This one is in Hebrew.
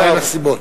מהן הסיבות.